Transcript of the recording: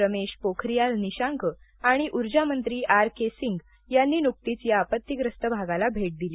रमेश पोखरियाल निशांक आणि उर्जामंत्री R K Singh यांनी नुकतीच या आपत्तीग्रस्त भागाला भेट दिली